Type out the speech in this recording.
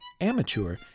Amateur